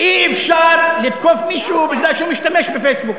אי-אפשר לתקוף מישהו משום שהוא משתמש בפייסבוק.